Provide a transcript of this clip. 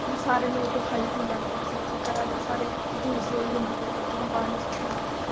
ते सारे लोग ओह् खाई लैंदे सब्जी घरै दे यूज़ होई जंदी सब्जी असें बाह्र निं सुट्टनी